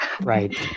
Right